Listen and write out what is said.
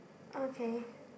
okay